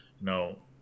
No